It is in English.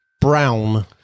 Brown